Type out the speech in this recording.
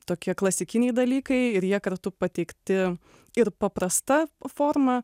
tokie klasikiniai dalykai ir jie kartu pateikti ir paprasta forma